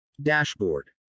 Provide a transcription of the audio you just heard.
Dashboard